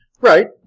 Right